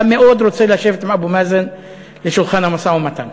אתה מאוד רוצה לשבת עם אבו מאזן לשולחן המשא-ומתן.